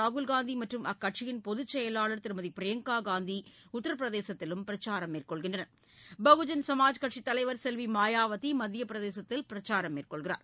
ராகுல்காந்திமற்றும் அக்கட்சியின் பொதுச் செயலாளர் திருமதிபிரியங்காகாந்திஉத்திரபிரதேசத்திலும் பிரச்சாரம் மேற்கொள்கின்றனர் பகுஜன் சமாஜ் கட்சித் தலைவர் செல்விமாயாவதிமத்தியபிரதேசத்தில் பிரச்சாரம் மேற்கொள்கிறார்